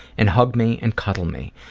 and hug me and cuddle me.